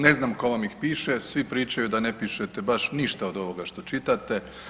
Ne znam tko vam ih piše, jer svi pričaju da ne pišete baš ništa od ovoga što čitate.